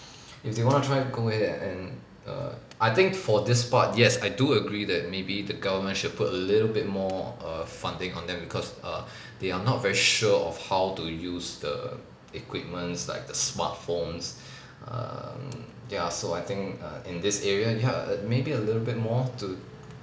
if they want to try go ahead and err I think for this part yes I do agree that maybe the government should put a little bit more err funding on them because err they are not very sure of how to use the equipments like the smart phones um ya so I think err in this area ya err maybe a little bit more to